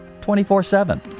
24-7